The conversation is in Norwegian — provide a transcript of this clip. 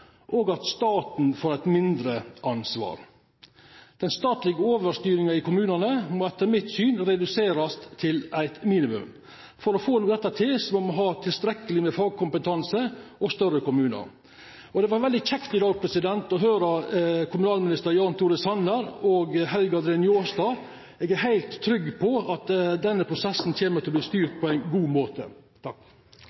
og at staten får et mindre ansvar. Den statlige overstyringen av kommunene må etter mitt syn reduseres til et minimum. For å få dette til må vi ha tilstrekkelig med fagkompetanse og større kommuner. Det var veldig kjekt i dag å høre kommunalminister Jan Tore Sanner og Helge André Njåstad. Jeg er helt trygg på at denne prosessen kommer til å bli